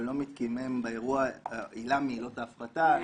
ולא מתקיימת בה עילה מעילות ההפחתה.